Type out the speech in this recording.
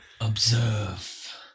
Observe